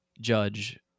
judge